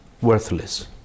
worthless